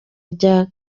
rya